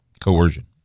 Coercion